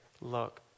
look